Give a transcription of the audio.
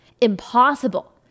impossible